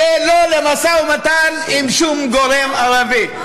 ולא למשא ומתן עם שום גורם ערבי.